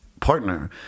partner